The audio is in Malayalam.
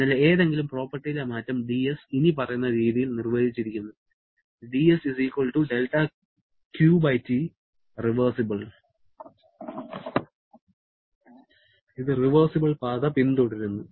അതിനാൽ ഏതെങ്കിലും പ്രോപ്പർട്ടിയിലെ മാറ്റം dS ഇനിപ്പറയുന്ന രീതിയിൽ നിർവചിച്ചിരിക്കുന്നു റിവേഴ്സിബിൾ പാത പിന്തുടരുന്നു